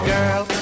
Girl